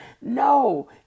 No